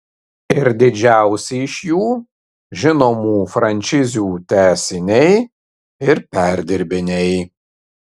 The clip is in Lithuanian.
ir didžiausi iš jų žinomų frančizių tęsiniai ir perdirbiniai